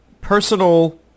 personal